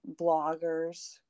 bloggers